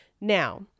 now